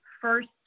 first